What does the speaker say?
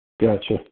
Gotcha